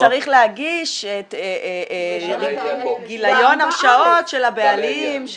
צריך להגיש גיליון הרשעות של הבעלים,